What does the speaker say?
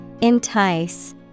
Entice